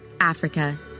Africa